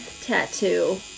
Tattoo